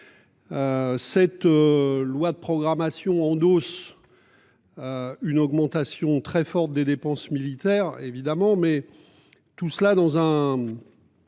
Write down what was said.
Cette. Loi de programmation en douce. Une augmentation très forte des dépenses militaires évidemment mais. Tout cela dans un.